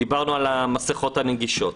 דיברנו על המסכות הנגישות.